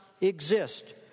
exist